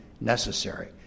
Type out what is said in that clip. necessary